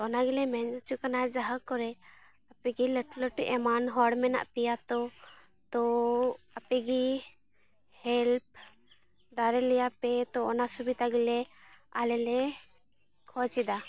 ᱚᱱᱟᱜᱮ ᱞᱮ ᱢᱮᱱ ᱚᱪᱚ ᱠᱟᱱᱟ ᱡᱟᱦᱟᱸ ᱠᱚᱨᱮ ᱟᱯᱮᱜᱮ ᱞᱟᱹᱴᱩ ᱞᱟᱹᱴᱩ ᱮᱢᱟᱱ ᱦᱚᱲ ᱢᱮᱱᱟᱜ ᱯᱮᱭᱟ ᱛᱚ ᱛᱚᱻ ᱟᱯᱮᱜᱮ ᱦᱮᱞᱯ ᱫᱟᱲᱮᱞᱮᱭᱟ ᱯᱮ ᱛᱚ ᱚᱱᱟ ᱥᱩᱵᱤᱫᱟ ᱞᱮ ᱟᱞᱮᱞᱮ ᱠᱷᱚᱡᱽᱮᱫᱟ